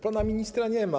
Pana ministra nie ma.